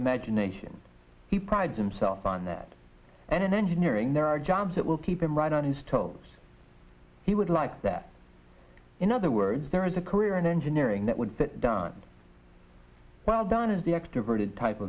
imagination he prides himself on that and in engineering there are jobs that will keep him right on his toes he would like that in other words there is a career in engineering that would fit done well done is the extroverted type